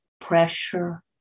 pressure